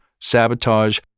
sabotage